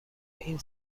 این